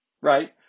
right